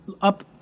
up